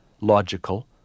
logical